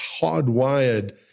hardwired